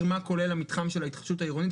מה כולל המתחם של ההתחדשות העירונית.